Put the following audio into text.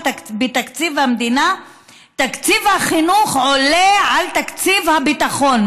תקציב החינוך עולה על תקציב הביטחון,